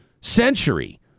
century